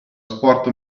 sport